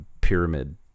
pyramid